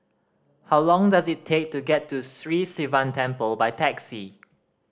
how long does it take to get to Sri Sivan Temple by taxi